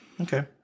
Okay